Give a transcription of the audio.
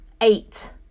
eight